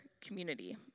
community